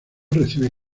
recibe